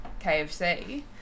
KFC